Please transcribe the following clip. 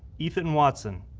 ethan watson,